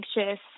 anxious